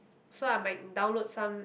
so I might download some